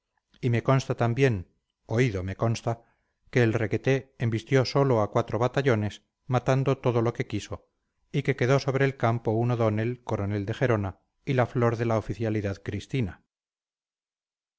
y me consta también oído me consta que el requeté embistió sólo a cuatro batallones matando todo lo que quiso y que quedó sobre el campo un o'donnell coronel de gerona y la flor de la oficialidad cristina